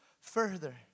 further